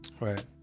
Right